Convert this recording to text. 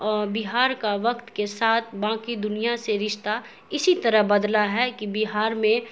بہار کا وقت کے ساتھ باقی دنیا سے رشتہ اسی طرح بدلا ہے کہ بہارمیں